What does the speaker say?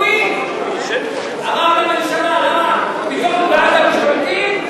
לוועדת העבודה, הרווחה והבריאות.